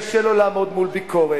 כי קשה לו לעמוד מול ביקורת,